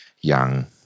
young